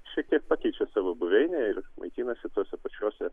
šiek tiek pakeičia savo buveinę ir maitinasi tose pačiuose